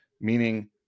meaning